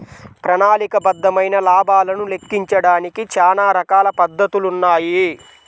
ప్రణాళికాబద్ధమైన లాభాలను లెక్కించడానికి చానా రకాల పద్ధతులున్నాయి